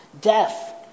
Death